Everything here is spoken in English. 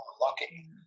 lucky